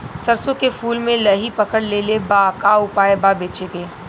सरसों के फूल मे लाहि पकड़ ले ले बा का उपाय बा बचेके?